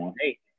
Hey